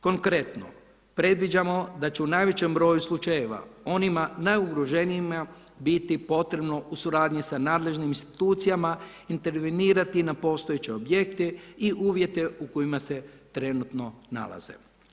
Konkretno predviđamo da će u najvećem broju slučajeva onima najugroženijima biti potrebno u suradnji sa nadležnim institucijama intervenirati na postojeće objekte i uvjete u kojima se trenutno nalaze.